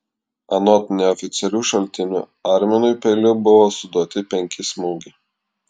anot neoficialių šaltinių arminui peiliu buvo suduoti penki smūgiai